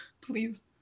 please